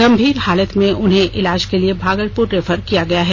गंभीर हालत में उन्हें इलाज के लिए भागलपुर रेफर किया गया है